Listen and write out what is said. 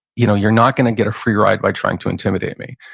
you know you're not gonna get a free ride by trying to intimidate me.